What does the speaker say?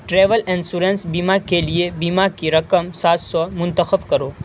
travel insurance بیمہ کے لیے بیمہ کی رقم سات سو منتخب کرو